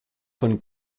von